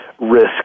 risk